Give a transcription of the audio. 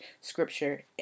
scripture